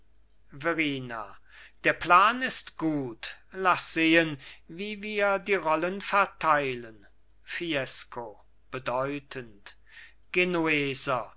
verrina der plan ist gut laß sehen wie wir die rollen verteilen fiesco bedeutend genueser